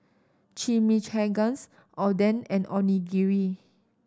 Chimichangas Oden and Onigiri